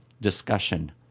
discussion